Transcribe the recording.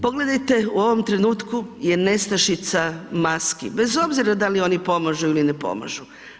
Pogledajte u ovom trenutku je nestašica maski, bez obzira da li one pomažu ili ne pomažu.